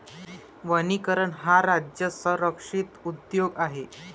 वनीकरण हा राज्य संरक्षित उद्योग आहे